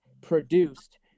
produced